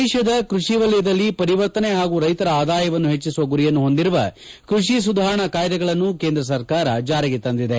ದೇಶದ ಕ್ಪಡಿ ವಲಯದಲ್ಲಿ ಪರಿವರ್ತನೆ ಹಾಗೂ ರೈತರ ಆದಾಯವನ್ನು ಹೆಚ್ಚಿಸುವ ಗುರಿಯನ್ನು ಹೊಂದಿರುವ ಕ್ಪಡಿ ಸುಧಾರಣಾ ಕಾಯ್ಗೆಗಳನ್ನು ಕೇಂದ ಸರ್ಕಾರ ಜಾರಿಗೆ ತಂದಿದೆ